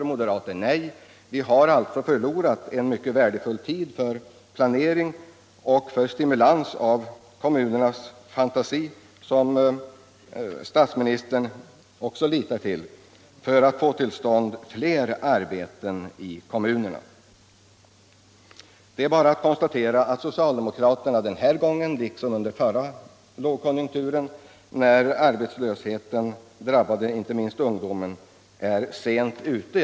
Vi har alltså därigenom förlorat en mycket värdefull tid för planering i kommunerna och stimulans av kommunernas fantasi, som statsministern nu också litar till, för att få till stånd fler arbeten i kommunerna. Det är bara att konstatera att socialdemokraterna den här gången, liksom under den förra lågkonjunkturen när arbetslösheten drabbade inte minst ungdomen, är sent ute.